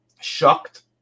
shocked